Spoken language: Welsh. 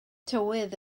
tywydd